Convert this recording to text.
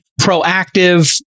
proactive